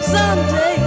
Someday